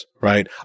Right